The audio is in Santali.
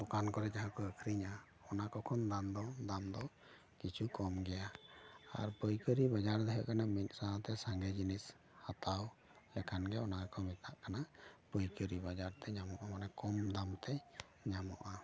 ᱫᱚᱠᱟᱱ ᱠᱚᱨᱮ ᱡᱟᱦᱟᱸ ᱠᱚ ᱟᱹᱠᱷᱨᱤᱧᱟ ᱚᱱᱟ ᱠᱚ ᱠᱷᱚᱱ ᱫᱟᱢ ᱫᱚ ᱫᱟᱢ ᱫᱚ ᱠᱤᱪᱷᱩ ᱠᱚᱢ ᱜᱮᱭᱟ ᱟᱨ ᱯᱟᱹᱠᱟᱹᱨᱤ ᱵᱟᱡᱟᱨ ᱫᱚ ᱦᱩᱭᱩᱜ ᱠᱟᱱᱟ ᱢᱤᱫ ᱥᱟᱣᱛᱮ ᱥᱟᱜᱮ ᱡᱤᱱᱤᱥ ᱦᱟᱛᱟᱣ ᱞᱮᱠᱷᱟᱱ ᱜᱮ ᱚᱱᱟ ᱠᱚ ᱢᱮᱛᱟᱜ ᱠᱟᱱᱟ ᱯᱟᱹᱭᱠᱟᱹᱨᱤ ᱵᱟᱡᱟᱛᱮ ᱧᱟᱢᱚᱜᱼᱟ ᱢᱟᱱᱮ ᱠᱚᱢ ᱫᱟᱢ ᱛᱮ ᱧᱟᱢᱚᱜᱼᱟ